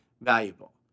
valuable